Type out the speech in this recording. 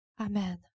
Amen